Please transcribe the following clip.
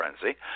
frenzy